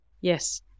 Yes